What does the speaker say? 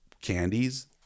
candies